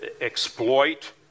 exploit